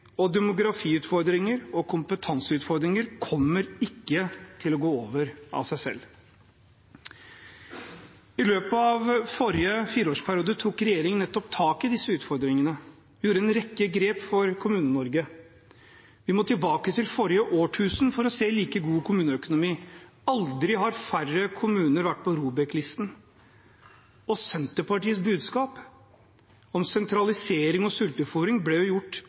og demografiutfordringer og kompetanseutfordringer kommer ikke til å gå over av seg selv. I løpet av forrige fireårsperiode tok regjeringen nettopp tak i disse utfordringene, gjorde en rekke grep for Kommune-Norge. Vi må tilbake til forrige årtusen for å se en like god kommuneøkonomi. Aldri har færre kommuner vært på ROBEK-listen, og Senterpartiets budskap om sentralisering og sultefôring ble gjort